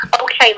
okay